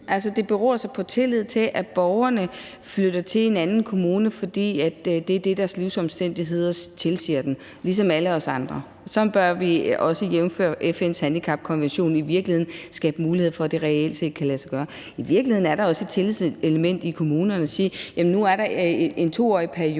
det beror sig på tillid til, at borgerne flytter til en anden kommune, fordi det er det, deres livsomstændigheder tilsiger, ligesom alle os andre. Sådan bør vi også, jævnfør FN's handicapkonvention, i virkeligheden skabe muligheder for, at det reelt set kan lade sig gøre. I virkeligheden er der også et tillidselement i det for kommunerne ved at sige, at nu er der en 2-årig periode,